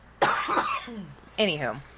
Anywho